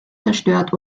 zerstört